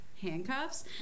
handcuffs